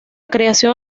creación